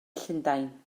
llundain